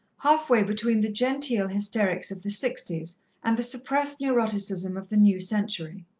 half-way between the genteel hysterics of the sixties and the suppressed neuroticism of the new century.